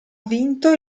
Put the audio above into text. vinto